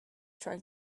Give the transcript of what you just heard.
trying